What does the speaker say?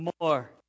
more